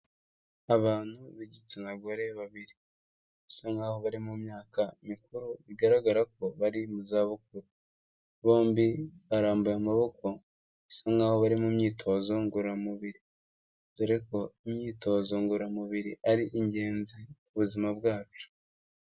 Abantu b'igitsina gore babiri, bisa nkaho bari mu myaka mikuru bigaragara ko bari mu zabukuru, bombi barambuye amaboko bisa nkaho bari mu myitozo ngororamubiri, dore ko imyitozo ngororamubiri ari ingenzi ku buzima bwacu.